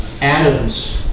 Adam's